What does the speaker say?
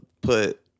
Put